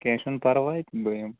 کیٚنٛہہ چھُنہٕ پرواے بہٕ یمہٕ